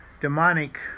demonic